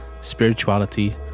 spirituality